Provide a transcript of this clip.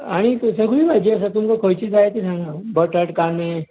आनी सगळी भाजी आसा तुमकां खंयची जाय ती सांगां बटाट कांदे